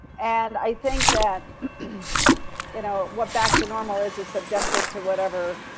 and i think that you know, what, back to normal is a subjective to whatever,